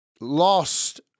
lost